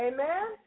Amen